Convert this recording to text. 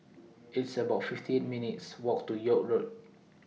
It's about fifty eight minutes' Walk to York Road